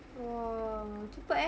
!whoa! cepat eh